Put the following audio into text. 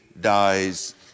dies